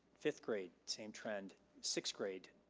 fifth grade, same trend. sixth grade,